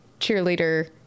cheerleader